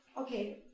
okay